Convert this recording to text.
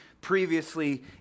previously